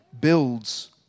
builds